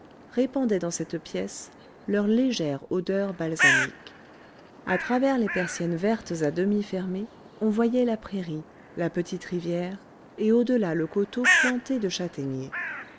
répandaient dans cette pièce leur légère odeur balsamique à travers les persiennes vertes à demi fermées on voyait la prairie la petite rivière et au delà le coteau planté de châtaigniers